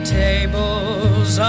tables